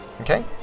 Okay